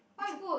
what you put